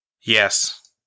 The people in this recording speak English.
Yes